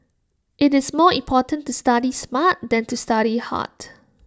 IT is more important to study smart than to study hard